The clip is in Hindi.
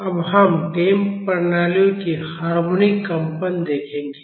अब हम डैम्प्ड प्रणालियों के हार्मोनिक कंपन देखेंगे